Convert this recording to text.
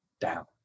down